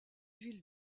ville